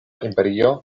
imperio